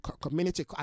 community